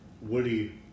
woody